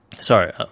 sorry